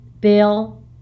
Bill